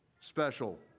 special